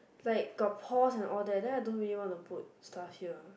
like got pores and all that then I don't really want to put stuff here